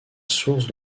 source